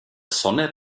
sonne